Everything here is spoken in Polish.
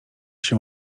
się